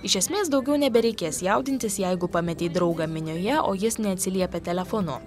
iš esmės daugiau nebereikės jaudintis jeigu pametei draugą minioje o jis neatsiliepia telefonu